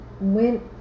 went